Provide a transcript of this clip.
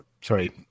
Sorry